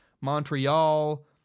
Montreal